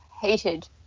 hated